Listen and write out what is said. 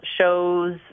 shows